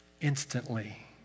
Instantly